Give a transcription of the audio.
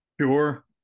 sure